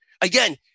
Again